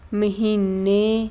ਮਹੀਨੇ